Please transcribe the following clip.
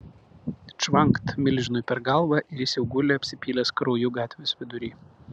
čvankt milžinui per galvą ir jis jau guli apsipylęs krauju gatvės vidury